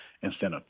incentive